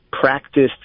practiced